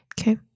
Okay